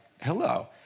hello